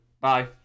Bye